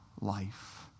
life